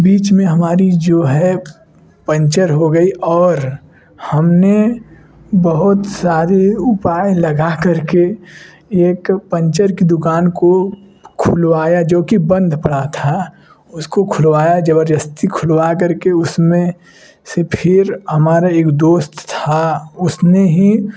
बीच में हमारी जो है पंचर हो गई और हम ने बहुत सारे उपाय लगा कर के एक पंचर की दुकान को खुलवाया जो कि बंद पड़ा था उसको खुलवाया ज़बरदस्ती खुलवा कर के उस में से फिर हमारे एक दोस्त था उसने ही